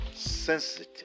sensitive